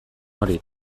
hori